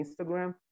Instagram